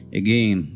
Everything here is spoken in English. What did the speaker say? again